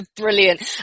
Brilliant